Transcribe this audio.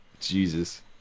Jesus